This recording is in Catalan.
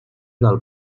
del